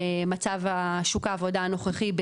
במצב השוק העבודה הנוכחי,